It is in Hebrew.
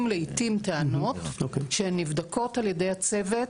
לעיתים טענות שהן נבדקות על ידי הצוות.